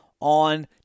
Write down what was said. on